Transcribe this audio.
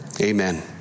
amen